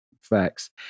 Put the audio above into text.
Facts